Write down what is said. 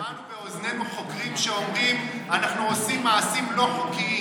שמענו באוזנינו חוקרים שאומרים: אנחנו עושים מעשים לא חוקיים.